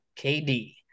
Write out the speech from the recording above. KD